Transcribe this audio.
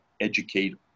educate